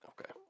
okay